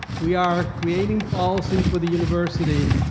we are creating policy for the university,